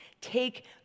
Take